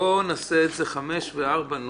בואו נעשה את זה חמש וארבע.